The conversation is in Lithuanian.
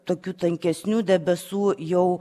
tokių tankesnių debesų jau